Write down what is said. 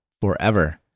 forever